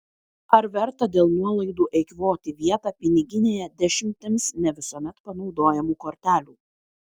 ar verta dėl nuolaidų eikvoti vietą piniginėje dešimtims ne visuomet panaudojamų kortelių